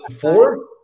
Four